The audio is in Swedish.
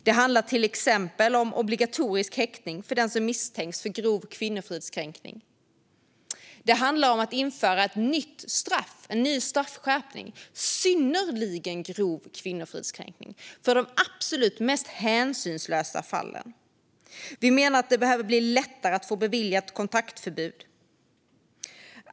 Det handlar till exempel om obligatorisk häktning för den som misstänks för grov kvinnofridskränkning. Det handlar om att införa en straffskärpning genom en ny brottsrubricering, synnerligen grov kvinnofridskränkning, för de absolut mest hänsynslösa fallen. Vi menar att det behöver bli lättare att få beviljat kontaktförbud.